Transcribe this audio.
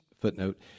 footnote